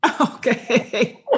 Okay